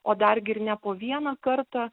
o dar gi ir ne po vieną kartą